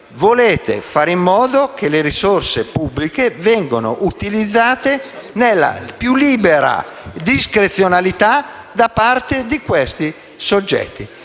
Volete fare in modo che le risorse pubbliche vengano utilizzate nella più libera discrezionalità da parte di questi soggetti,